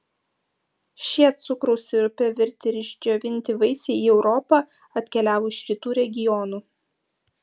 šie cukraus sirupe virti ir išdžiovinti vaisiai į europą atkeliavo iš rytų regionų